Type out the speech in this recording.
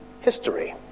history